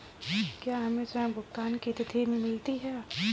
क्या हमें ऋण भुगतान की तिथि मिलती है?